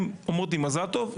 הם אומרים לי מזל טוב,